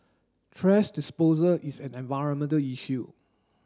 thrash disposal is an environmental issue